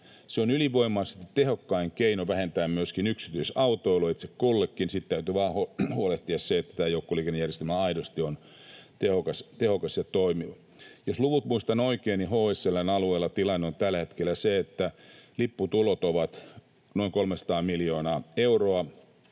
Se on ylivoimaisesti tehokkain keino itse kullekin vähentää myöskin yksityisautoilua. Sitten täytyy vain huolehtia siitä, että tämä joukkoliikennejärjestelmä aidosti on tehokas ja toimiva. Jos luvut muistan oikein, niin HSL:n alueella tilanne on tällä hetkellä se, että lipputulot ovat noin 300 miljoonaa euroa